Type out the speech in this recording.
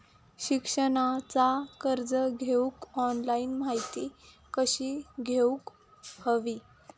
शिक्षणाचा कर्ज घेऊक ऑनलाइन माहिती कशी घेऊक हवी?